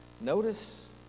notice